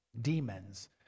demons